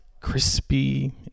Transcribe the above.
crispy